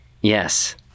Yes